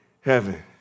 heaven